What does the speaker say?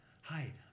hi